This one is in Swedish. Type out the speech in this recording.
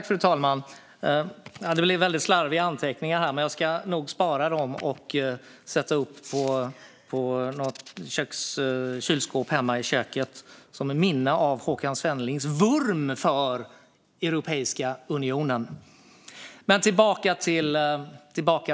Fru talman! Det blev väldigt slarviga anteckningar här, men jag ska nog spara dem och sätta upp på kylskåpet hemma i köket som ett minne av Håkan Svennelings vurm för Europeiska unionen. Men tillbaka till Kuba.